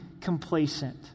complacent